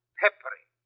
peppery